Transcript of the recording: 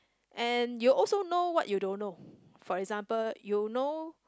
and you also know what you don't know for example you know